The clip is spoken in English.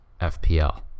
FPL